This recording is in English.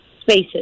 spaces